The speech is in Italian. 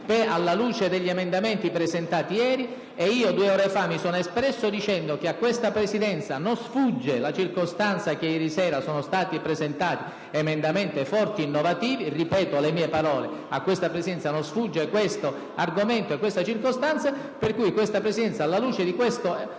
alla luce degli emendamenti presentati ieri, tant'è vero che due ore fa mi sono espresso dicendo che a questa Presidenza non sfugge la circostanza che ieri sera sono stati presentati emendamenti forti ed innovativi. Lo ripeto, a questa Presidenza non sfuggono questo argomento e questa circostanza, per cui, alla luce di tale evento,